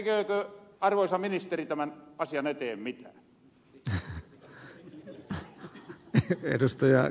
tekeekö arvoisa ministeri tämän asian eteen mitään